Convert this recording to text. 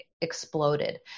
exploded